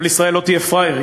אבל ישראל לא תהיה פראיירית.